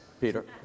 Peter